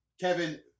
Kevin